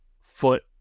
foot